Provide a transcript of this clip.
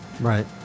Right